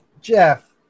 Jeff